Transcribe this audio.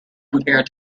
compared